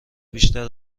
بیشتر